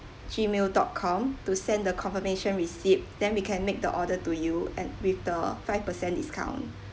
gmail dot com to send the confirmation receipt then we can make the order to you and with the five per cent discount